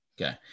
Okay